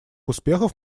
успехов